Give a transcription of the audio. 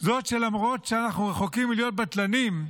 למרות שאנחנו רחוקים מלהיות בטלנים,